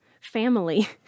family